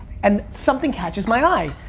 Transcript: and something catches my eye.